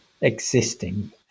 existing